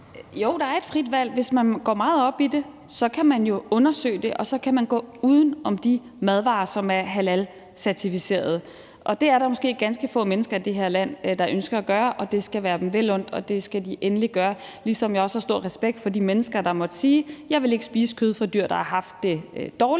Stampe (RV): Jo, der er et frit valg. Hvis man går meget op i det, kan man jo undersøge det, og så kan man gå uden om de madvarer, som er halalcertificerede. Det er der måske ganske få mennesker i det her land der ønsker at gøre, og det skal være dem vel undt, og det skal de endelig gøre, ligesom jeg også har stor respekt for de mennesker, der måtte sige: Jeg vil ikke spise kød fra dyr, der har haft det dårligt,